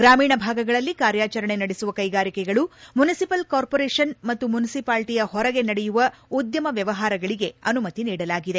ಗ್ರಾಮೀಣ ಭಾಗಗಳಲ್ಲಿ ಕಾರ್ಯಚರಣೆ ನಡೆಸುವ ಕೈಗಾರಿಕೆಗಳು ಮುನಿಸಿವಲ್ ಕಾರ್ಮೊರೇಷನ್ ಮತ್ತು ಮುನಿಸಿಪಾಲಿಟಿಯ ಹೊರಗೆ ನಡೆಯುವ ಉದ್ದಮ ವ್ಯವಹಾರಗಳಿಗೆ ಅನುಮತಿ ನೀಡಲಾಗಿದೆ